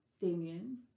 Damien